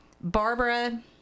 Barbara